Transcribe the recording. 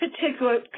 particular